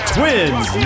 Twins